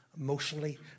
emotionally